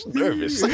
nervous